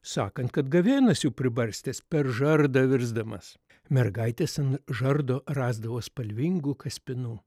sakant kad gavėnas jų pribarstęs per žardą virsdamas mergaitės ant žardo rasdavo spalvingų kaspinų